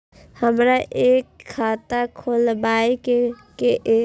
हमरा एक खाता खोलाबई के ये?